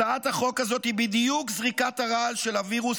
הצעת החוק הזאת היא בדיוק זריקת הרעל של הווירוס